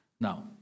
Now